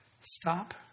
Stop